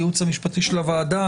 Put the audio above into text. הייעוץ המשפטי של הוועדה,